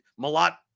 Malat